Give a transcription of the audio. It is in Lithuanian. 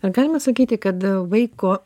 ar galima sakyti kad a vaiko